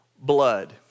blood